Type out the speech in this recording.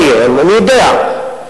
אינני יודע.